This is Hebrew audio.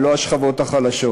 ולא לשכבות החלשות,